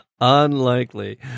Unlikely